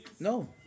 No